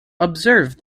observe